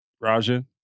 Raja